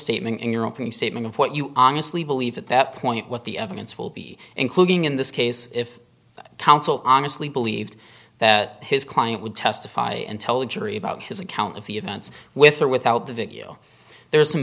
statement in your opening statement of what you honestly believe at that point what the evidence will be including in this case if counsel honestly believed that his client would testify and tell the jury about his account of the events with or without the video there is some